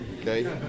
Okay